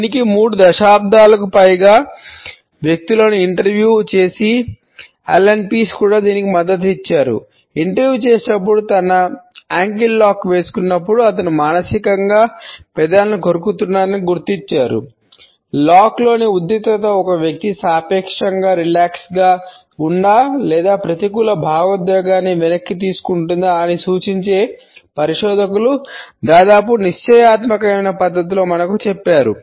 దీనికి మూడు దశాబ్దాలకు పైగా వ్యక్తులను ఇంటర్వ్యూ ఉందా లేదా ప్రతికూల భావోద్వేగాన్ని వెనక్కి తీసుకుంటుందా అని సూచించే పరిశోధకులు దాదాపుగా నిశ్చయాత్మకమైన పద్ధతిలో మనకు చెప్పారు